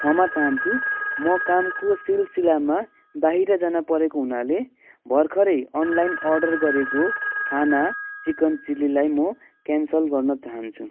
क्षमा चाहन्छु म कामको सिलसिलामा बाहिर जान परेको हुनाले भर्खरै अनलाइन अर्डर गरेको खाना चिकन चिल्लीलाई म क्यान्सल गर्न चाहन्छु